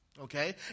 okay